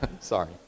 Sorry